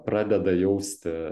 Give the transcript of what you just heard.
pradeda jausti